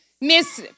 Miss